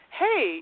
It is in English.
hey